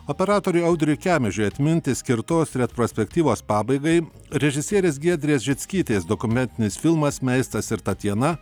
operatoriui audriui kemežiui atminti skirtos retrospektyvos pabaigai režisierės giedrės žickytės dokumentinis filmas meistras ir tatjana